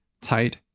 tight